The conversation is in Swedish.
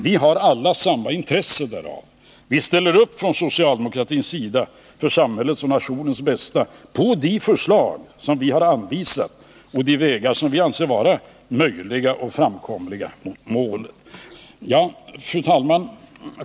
Vi har alla samma intresse därav. Vi ställer upp från socialdemokratins sida, för samhällets och nationens bästa, på de förslag som vi har anvisat och på de vägar mot målet som vi anser möjliga och framkomliga. Fru talman!